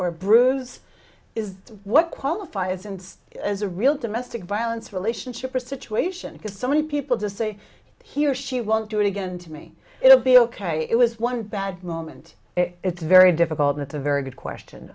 a bruise is what qualifies and as a real domestic violence relationship or situation because so many people just say he or she won't do it again to me it'll be ok it was one bad moment it's very difficult with a very good question